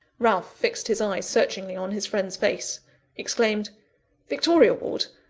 ralph fixed his eyes searchingly on his friend's face exclaimed victoria ward!